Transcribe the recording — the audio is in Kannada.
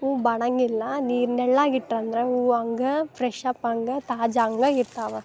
ಹೂ ಬಾಡಂಗಿಲ್ಲ ನೀರು ನೆರ್ಳಾಗಿ ಇಟ್ರಂದ್ರೆ ಹೂವ ಹಂಗ ಫ್ರೆಶ್ ಅಪ್ ಹಂಗ ತಾಜಾ ಹಂಗ ಇರ್ತಾವ